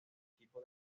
equipo